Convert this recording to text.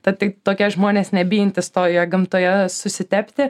ta tai tokie žmonės nebijantys toje gamtoje susitepti